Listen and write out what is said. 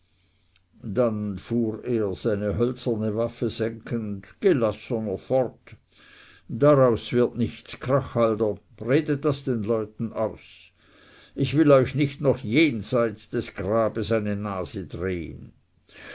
dann fuhr er seine hölzerne waffe senkend gelassener fort daraus wird nichts krachhalder redet das den leuten aus ich will euch nicht noch von jenseits des grabes eine nase drehen